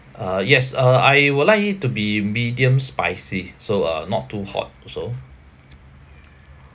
uh yes uh I would like it to be medium spicy so uh not too hot also